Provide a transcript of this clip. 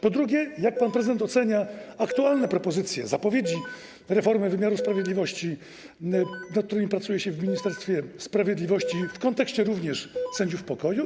Po drugie, jak pan prezydent ocenia aktualne propozycje, zapowiedzi reformy wymiaru sprawiedliwości, nad którymi pracuje się w Ministerstwie Sprawiedliwości, w kontekście również sędziów pokoju?